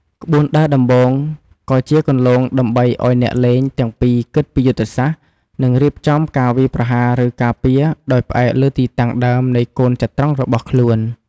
ក្បួនដើរដំបូងក៏ជាគន្លងដើម្បីឲ្យអ្នកលេងទាំងពីរគិតពីយុទ្ធសាស្ត្រ និងរៀបចំការវាយប្រហារឬការពារដោយផ្អែកលើទីតាំងដើមនៃកូនចត្រង្គរបស់ខ្លួន។